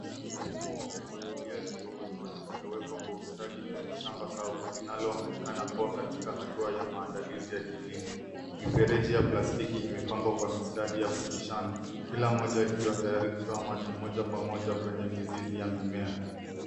Mfumo wa umwagiliaji wa matone umewekwa kwa ustadi kwenye shamba kavu linaloonekana kuwa katika hatua ya maandalizi ya kilimo. Mifereji ya plastiki imepangwa kwa mistari ya kupishana kila moja ikiwa tayari kutoa maji moja kwa moja kwenye mizizi ya mimea.